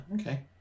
okay